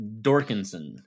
Dorkinson